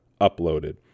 uploaded